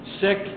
sick